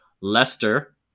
Leicester